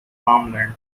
farmland